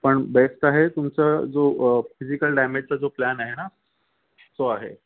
पण बेस्ट आहे तुमचं जो फिजिकल डॅमेजचा जो प्लान आहे ना तो आहे